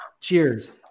Cheers